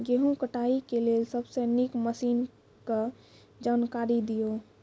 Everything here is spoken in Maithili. गेहूँ कटाई के लेल सबसे नीक मसीनऽक जानकारी दियो?